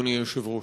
אדוני היושב-ראש,